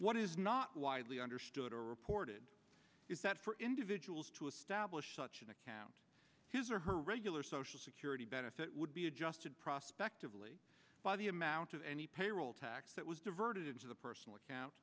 what is not widely understood or reported is that for individuals to establish such an account his or her regular social security benefit would be adjusted prospect of lee by the amount of any payroll tax that was diverted into the personal account